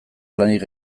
lanik